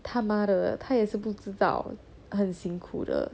他妈的他也是不知道很辛苦的